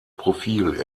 profil